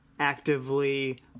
actively